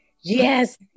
Yes